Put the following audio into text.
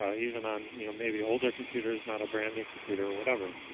ah even on you know maybe older computers, not a brand new computer or whatever.